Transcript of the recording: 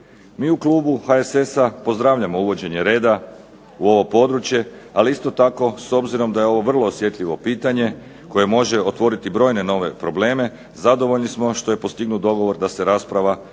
Mi u klubu HSS-a pozdravljamo uvođenje reda u ovo područje, ali isto tako s obzirom da je ovo vrlo osjetljivo pitanje koje može otvoriti brojne nove probleme zadovoljni smo što je postignut dogovor da se rasprava o